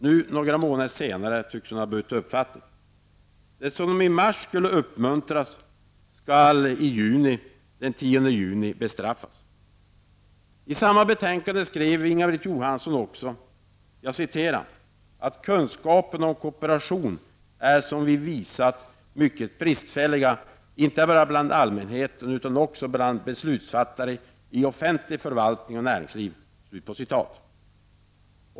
Nu några månader senare tycks hon ha bytt uppfattning. Det som i mars skulle uppmuntras skall den 10 juni bestraffas. ''Kunskaperna om kooperation är som vi visat mycket bristfälliga inte bara bland allmänheten utan också bland beslutsfattare i offentlig förvaltning och näringsliv.''